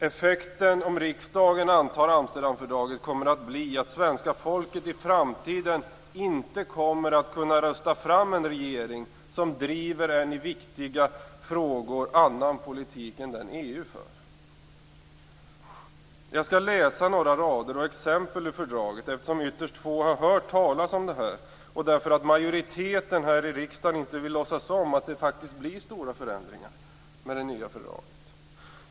Effekten om riksdagen antar Amsterdamfördraget kommer att bli att svenska folket i framtiden inte kommer att kunna rösta fram en regering som driver en i viktiga frågor annan politik än den EU för. Jag skall läsa några rader och exempel ur fördraget eftersom ytterst få har hört talas om det här och därför att majoriteten här i riksdagen inte vill låtsas om att det faktiskt blir stora förändringar med det nya fördraget.